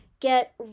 get